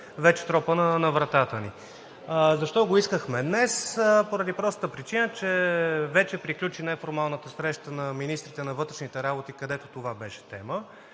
вече тропа на вратата ни. Защо го искахме днес? Поради простата причина, че вече приключи неформалната среща на министрите на вътрешните работи, където това беше тема.